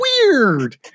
weird